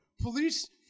police